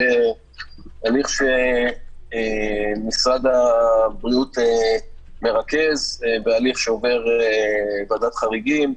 הליך שמשרד הבריאות מרכז, הליך שעובר ועדת חריגים,